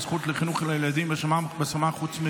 הזכות לחינוך לילדים בהשמה חוץ-ביתית),